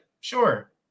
Sure